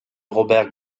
robert